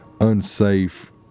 unsafe